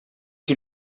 qui